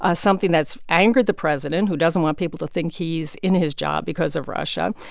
ah something that's angered the president, who doesn't want people to think he's in his job because of russia.